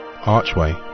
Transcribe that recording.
Archway